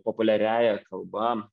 populiariąja kalba